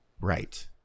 Right